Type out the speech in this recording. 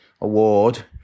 award